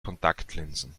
kontaktlinsen